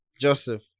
Joseph